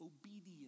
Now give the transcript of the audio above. obedience